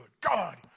God